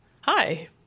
hi